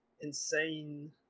insane